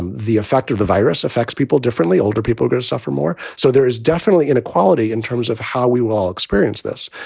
and the effect of the virus affects people differently. older people could suffer more. so there is definitely inequality in terms of how we will experience this.